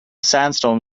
sandstorm